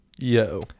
Yo